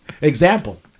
example